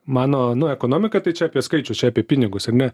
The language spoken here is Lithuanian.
mano nu ekonomika tai čia apie skaičius čia apie pinigus ar ne